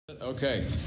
Okay